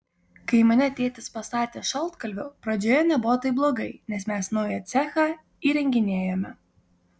kai mane tėtis pastatė šaltkalviu pradžioje nebuvo taip blogai nes mes naują cechą įrenginėjome